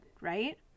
right